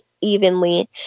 evenly